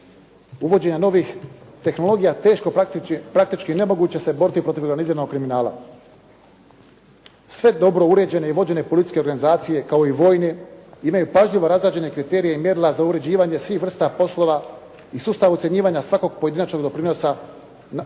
uvođenja novih tehnologije teško praktički nemoguće se boriti protiv organiziranog kriminala. Sve dobro uređene i vođene policijske organizacija kao i vojne imaju pažljivo razrađene kriterije i mjerila za uređivanje svih vrsta poslova i sustav ocjenjivanja svakog pojedinačnog doprinosa na radu.